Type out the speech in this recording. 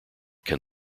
can